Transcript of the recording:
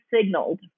signaled